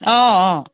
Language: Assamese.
অঁ অঁ